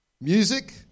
music